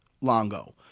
Longo